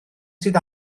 sydd